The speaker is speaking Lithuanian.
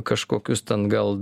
kažkokius ten gal